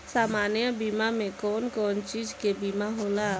सामान्य बीमा में कवन कवन चीज के बीमा होला?